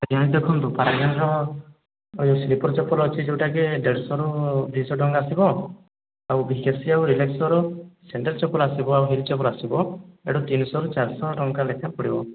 ଆଜ୍ଞା ଦେଖନ୍ତୁ ପାରାଗନର ସ୍ଳିପର୍ ଚପଲ ଅଛି ଯେଉଁଟା କି ଦେଢ଼ଶହ ରୁ ଦୁଇ ଶହ ଟଙ୍କା ଆସିବ ଆଉ ଭିକେସି ଆଉ ରିଲାକ୍ସୋର ସେମିତି ଚପଲ ଆସିବ ଆଉ ହିଲ୍ ଚପଲ ଆସିବ ଏଇଟା ତିନିଶହ ରୁ ଚାରିଶହ ଟଙ୍କା ଲେଖାଏଁ ପଡ଼ିବ